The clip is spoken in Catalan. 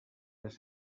les